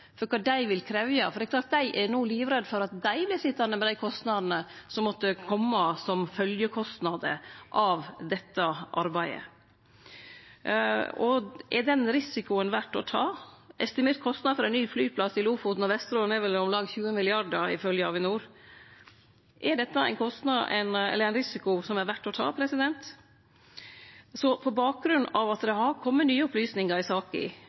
for kva dei vil krevje. For det er klart at dei er no livredde for at dei vert sitjande med følgjekostnadene av dette arbeidet. Er den risikoen verdt å ta? Estimert kostnad for ein ny flyplass i Lofoten og Vesterålen er vel om lag 20 mrd. kr, ifølgje Avinor. Er dette ein risiko som det er verdt å ta? Så på bakgrunn av at det har kome nye opplysningar i saka